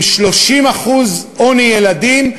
עם 30% עוני ילדים,